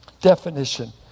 Definition